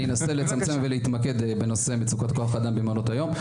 אני אנסה לצמצם ולהתמקד בנושא מצוקת כוח האדם במעונות היום.